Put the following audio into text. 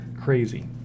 crazy